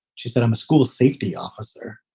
she said, i'm a school safety officer.